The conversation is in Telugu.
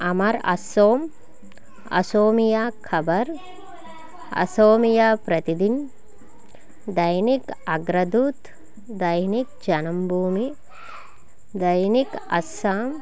అమర్ అస్సోమ్ అసోమియా ఖబర్ అసోమియా ప్రతిదిన్ దైనిక్ అగ్రదూత్ దైనిక్ జనంభూమి దైనిక్ అస్సాం